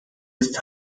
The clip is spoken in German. ist